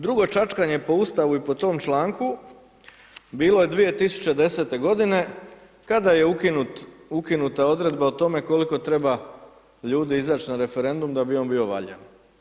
Drugo čačkanje po Ustavu i po tom članku bilo je 2010. godine kada je ukinut, ukinuta odredba o tome koliko treba ljudi izaći na referendum da bi on bio valjan.